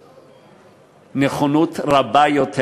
שיגלה נכונות רבה יותר,